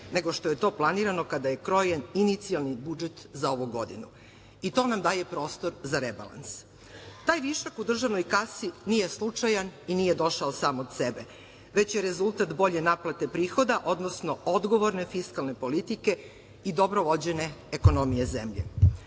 nego što je to planirano kada je krojen inicijalni budžet za ovu godinu i to nam daje prostor za rebalans. Taj višak u državnoj kasi nije slučajan i nije došao sam od sebe već je rezultat bolje naplate prihoda, odnosno odgovorne fiskalne politike i dobro vođene ekonomije zemlje.